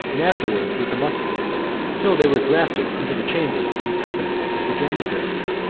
and afterwards with the musket till they were drafted into the chambers and companies of the janizaries,